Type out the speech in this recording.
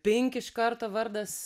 pink iš karto vardas